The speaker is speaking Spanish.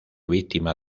víctima